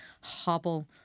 hobble